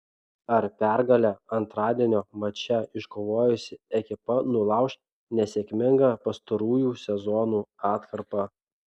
ar pergalę antradienio mače iškovojusi ekipa nulauš nesėkmingą pastarųjų sezonų atkarpą